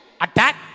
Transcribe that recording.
attack